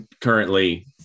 currently